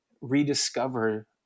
rediscover